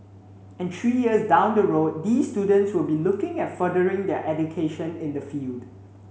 and three years down the road these students will be looking at furthering their education in the field